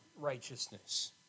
righteousness